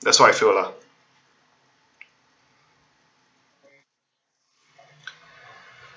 that's what I feel lah